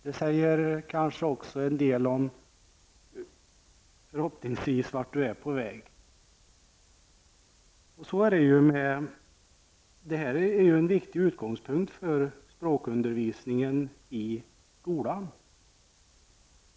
Förhoppningsvis säger det också en del om vart du är på väg. Det här är en viktig utgångspunkt för språkundervisningen i skolan.